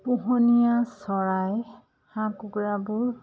পোহনীয়া চৰাই হাঁহ কুকুৰাবোৰ